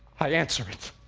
i answer it